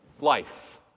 Life